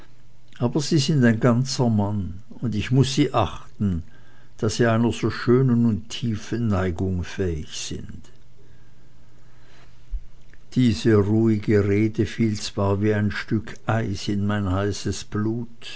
aber sie sind ein ganzer mann und ich muß sie achten da sie einer so schönen und tiefen neigung fähig sind diese ruhige rede fiel zwar wie ein stück eis in mein heißes blut